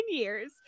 years